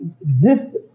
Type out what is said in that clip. existence